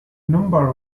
number